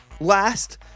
last